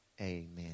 amen